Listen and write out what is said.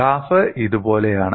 graph ഇതുപോലെയാണ്